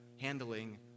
handling